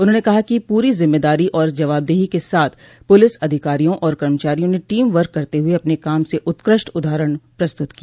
उन्होंने कहा कि पूरी जिम्मेदारी और जवाबदेही के साथ पुलिस अधिकारियों और कर्मचारियों ने टीम वर्क करते हुए अपने काम से उत्कृष्ट उदाहरण प्रस्तुत किया